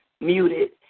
muted